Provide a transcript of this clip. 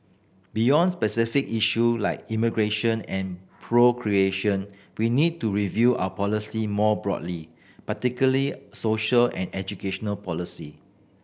beyond specific issue like immigration and procreation we need to review our policy more broadly particularly social and education policy